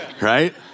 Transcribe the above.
right